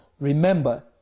Remember